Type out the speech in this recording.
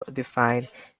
defined